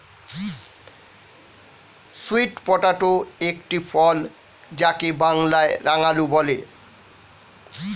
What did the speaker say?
sweet potato একটি ফল যাকে বাংলায় রাঙালু বলে